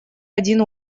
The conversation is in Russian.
один